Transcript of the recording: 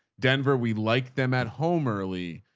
denver. we liked them at home early.